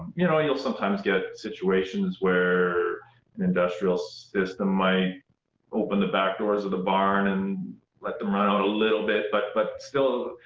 you know, you'll sometimes get situations where an industrial system might open the back doors of the barn and let them run out a little bit, but but still,